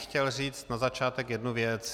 Chtěl bych říct na začátek jednu věc.